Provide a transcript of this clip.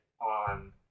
on